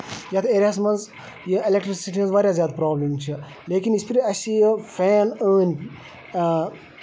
یَتھ ایریاہَس منٛز یہِ الیکٹسٹی ہِنٛز واریاہ زیادٕ پرابلِم چھِ لیکِن یِتھ پٲٹھۍ اَسہِ یہِ فین أنۍ آ